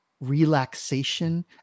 relaxation